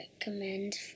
recommend